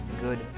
good